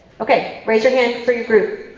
okay, raise your hands for your group.